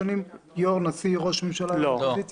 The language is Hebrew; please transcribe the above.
יו"ר, נשיא, ראש הממשלה ויו"ר האופוזיציה?